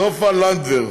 סופה לנדבר.